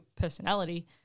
personality